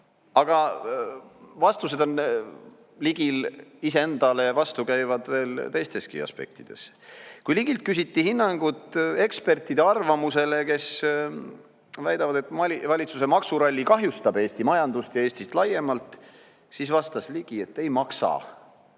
vastused on Ligil iseendale vastukäivad veel teisteski aspektides. Kui Ligilt küsiti hinnangut ekspertide arvamusele, kes väidavad, et valitsuse maksuralli kahjustab Eesti majandust ja Eestit laiemalt, siis vastas Ligi, et ei maksa